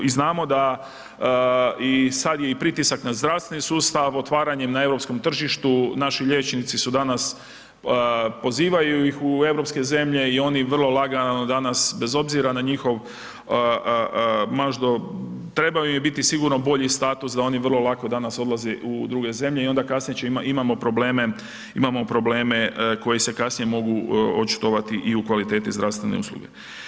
I znamo da i sad je i pritisak na zdravstveni sustav, otvaranje na europskom tržištu, naši liječnici su danas, pozivaju ih u europske zemlje i oni vrlo lagano danas bez obzira na njihov ... trebao im je biti sigurno bolji status da oni vrlo lako danas odlaze u druge zemlje i onda kasnije imamo probleme, imamo probleme koji se kasnije mogu očitovati i u kvaliteti zdravstvene usluge.